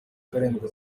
karindwi